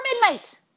Midnight